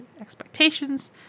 expectations